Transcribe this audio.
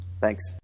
Thanks